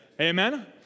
amen